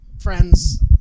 friends